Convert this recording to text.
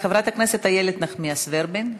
חברת הכנסת איילת נחמיאס ורבין.